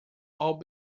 all